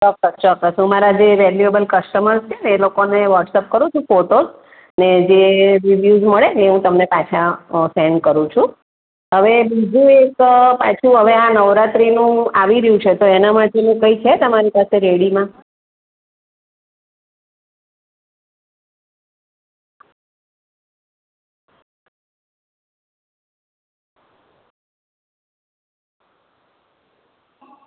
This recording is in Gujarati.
ચોક્કસ ચોક્કસ અમારા જે વેલ્યુએબલ કસ્ટમર્સ છે ને એ લોકોને વોટ્સઅપ કરું છું ફોટોસને જે રિવ્યુઝ મળેને એ હું તમને પાછા સેન્ડ કરું છું હવે બીજું એક પાછું હવે આ નવરાત્રીનું આવી રહ્યું છે તો એના માટેનું કંઈ છે તમારી પાસે રેડીમાં